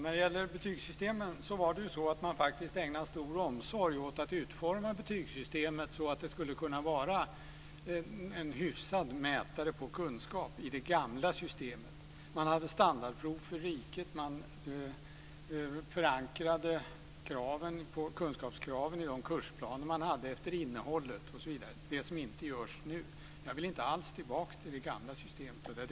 Fru talman! Man ägnade i det gamla systemet stor omsorg åt att utforma betygssystemet så att det skulle kunna vara en hyfsad mätare på kunskap. Man hade standardprov för riket och förankrade kunskapskraven i de kursplaner man hade efter innehållet, osv. Det görs inte nu. Jag vill inte alls tillbaka till det gamla systemet.